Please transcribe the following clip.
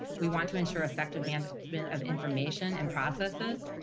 we want to ensure effective management of information and processes.